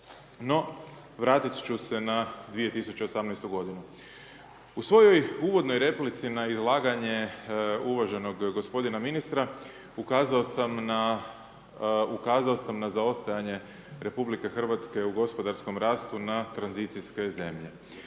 No vratit ću se na 218. g. U svojoj uvodnoj replici na izlaganja uvaženog gospodina ministra, ukazao sam na zaostajanje RH u gospodarskom rastu na tranzicijske zemlje.